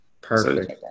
perfect